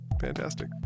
fantastic